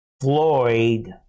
Floyd